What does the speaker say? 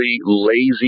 lazy